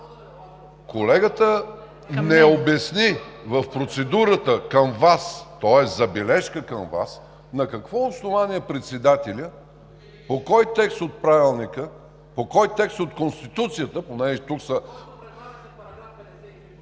Колегата не обясни в процедурата към Вас, в забележка към Вас на какво основание председателят и по кой текст от Правилника, по кой текст от Конституцията, понеже тук са…